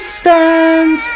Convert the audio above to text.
stand